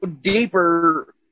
deeper